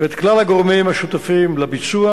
ואת כלל הגורמים השותפים לביצוע,